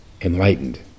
enlightened